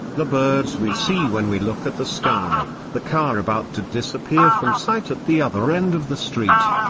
the birds we see when we look at the sky, the car about to disappear from sight at the other end of the street,